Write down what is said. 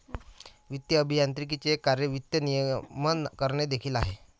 वित्तीय अभियांत्रिकीचे एक कार्य वित्त नियमन करणे देखील आहे